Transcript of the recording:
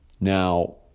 Now